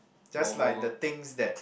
just like the things that